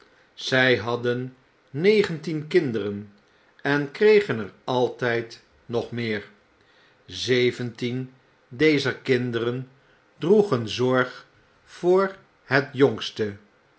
zy hadden negentien kinderen en kregen er altyd nog meer zeventien dezer kinderen l zeven jaar oud i